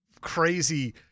crazy